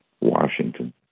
Washington